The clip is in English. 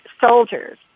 soldiers